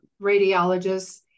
radiologists